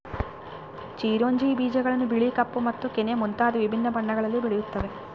ಚಿರೊಂಜಿ ಬೀಜಗಳನ್ನು ಬಿಳಿ ಕಪ್ಪು ಮತ್ತು ಕೆನೆ ಮುಂತಾದ ವಿಭಿನ್ನ ಬಣ್ಣಗಳಲ್ಲಿ ಬೆಳೆಯುತ್ತವೆ